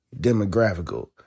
demographical